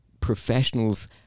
professionals